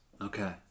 Okay